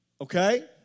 Okay